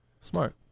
Smart